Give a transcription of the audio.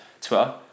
Twitter